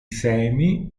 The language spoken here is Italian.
semi